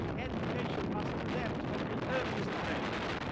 education must adapt, from the earliest grades.